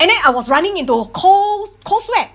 and then I was running into cold cold sweat